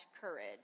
courage